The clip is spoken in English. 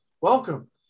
Welcome